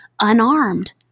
unarmed